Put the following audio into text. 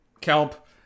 kelp